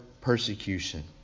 persecution